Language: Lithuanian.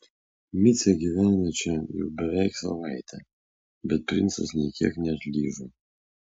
micė gyveno čia jau beveik savaitę bet princas nė kiek neatlyžo